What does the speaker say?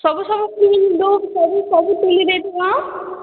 ସବୁ ସବୁ ତୋଳି ଦେଇଥିବୁ ହାଁ